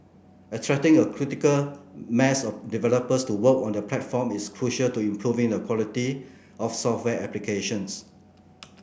attracting a critical mass of developers to work on the platform is crucial to improving the quality of software applications